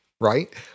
right